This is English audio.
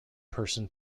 person